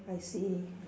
I see